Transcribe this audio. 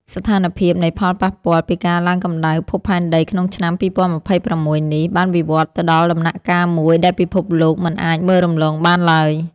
ស្ថានភាពនៃផលប៉ះពាល់ពីការឡើងកម្ដៅភពផែនដីក្នុងឆ្នាំ ២០២៦ នេះ បានវិវឌ្ឍទៅដល់ដំណាក់កាលមួយដែលពិភពលោកមិនអាចមើលរំលងបានឡើយ។